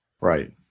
Right